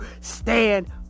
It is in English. stand